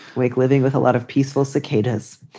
like living with a lot of peaceful cicadas.